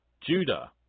Judah